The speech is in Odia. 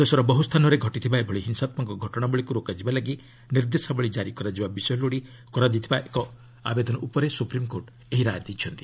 ଦେଶର ବହୁସ୍ଥାନରେ ଘଟିଥିବା ଏଭଳି ହିଂସାତ୍କକ ଘଟଣାବଳୀକୁ ରୋକାଯିବା ଲାଗି ନିର୍ଦ୍ଦେଶାବଳୀ କାରି କରାଯିବା ବିଷୟ ଲୋଡ଼ି କରାଯାଇଥିବା ଏକ ଆବେଦନ ଉପରେ ସୁପ୍ରିମ୍କୋର୍ଟ ଏହି ରାୟ ଦେଇଛନ୍ତି